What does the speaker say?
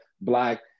black